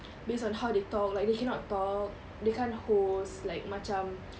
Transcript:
based on how they talk like they cannot talk they can't host like macam